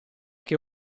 che